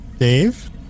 Dave